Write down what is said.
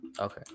Okay